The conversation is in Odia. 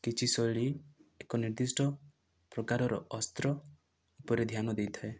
କିଛି ଶୈଳୀ ଏକ ନିର୍ଦ୍ଦିଷ୍ଟ ପ୍ରକାରର ଅସ୍ତ୍ର ଉପରେ ଧ୍ୟାନ ଦେଇଥାଏ